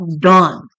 done